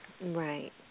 Right